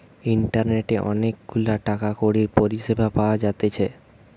ইন্টারনেটে অনেক গুলা টাকা কড়ির পরিষেবা পাওয়া যাইতেছে